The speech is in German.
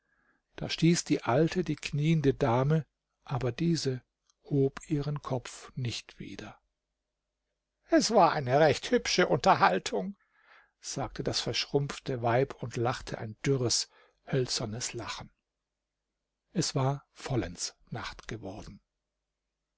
da stieß die alte die knieende dame aber diese hob ihren kopf nicht wieder es war eine recht hübsche unterhaltung sagte das verschrumpfte weib und lachte ein dürres hölzernes lachen es war vollends nacht geworden